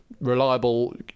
reliable